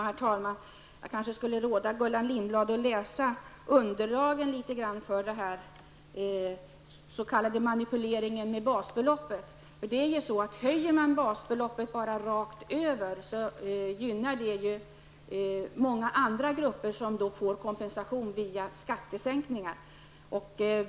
Herr talman! Jag skall kanske råda Gullan Lindblad att läsa underlaget för den s.k. manipuleringen med basbeloppet. Höjer man basbeloppet rakt över gynnar det ju många andra grupper som får kompensation genom skattesänkningar.